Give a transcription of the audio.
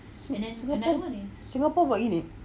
sing~ singapore got limit